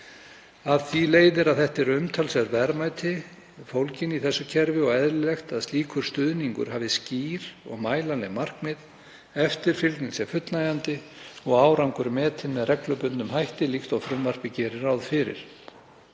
Af því leiðir að það eru umtalsverð verðmæti fólgin í þessu kerfi og eðlilegt að slíkur stuðningur hafi skýr og mælanleg markmið, eftirfylgni sé fullnægjandi og árangurinn metinn með reglubundnum hætti líkt og frumvarpið gerir ráð fyrir.